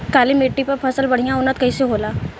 काली मिट्टी पर फसल बढ़िया उन्नत कैसे होला?